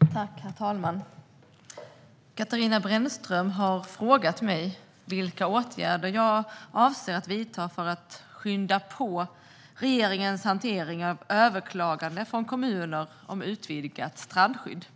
Herr talman! Katarina Brännström har frågat mig vilka åtgärder jag avser att vidta för att skynda på regeringens hantering av överklaganden från kommuner om utvidgat strandskydd.